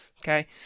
Okay